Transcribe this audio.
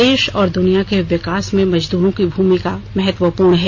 देश और दुनिया के विकास में मजदूरो की भूमिका महत्वपूर्ण है